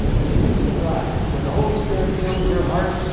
you'd be surprised, when the holy spirit fills your heart,